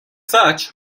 such